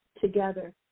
together